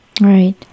Right